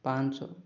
ପାଞ୍ଚ